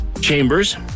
Chambers